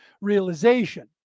realization